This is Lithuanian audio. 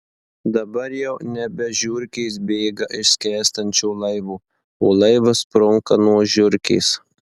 dabar jau nebe žiurkės bėga iš skęstančio laivo o laivas sprunka nuo žiurkės